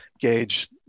gauge